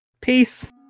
Peace